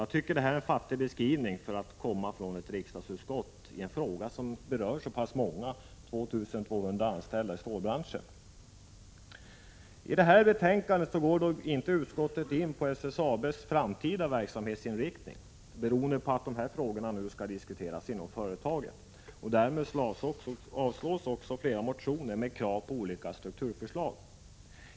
Jag tycker att det är en fattig beskrivning för att komma från ett riksdagsutskott i en fråga som berör så pass många — 2 200 anställda i stålbranschen. I det här betänkandet går inte utskottet in på SSAB:s framtida verksamhetsinriktning, beroende på att dessa frågor nu skall diskuteras inom företaget. Därmed avstyrks också flera motioner med krav på olika strukturförslag.